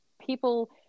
people